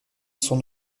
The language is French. son